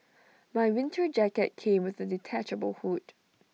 my winter jacket came with A detachable hood